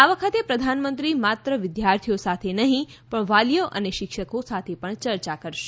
આ વખતે પ્રધાનમંત્રી માત્ર વિદ્યાર્થીઓ સાથે નહીં પણ વાલીઓ અને શિક્ષકો સાથે પણ ચર્ચા કરશે